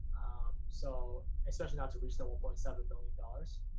so especially not to reach the one point seven million dollars.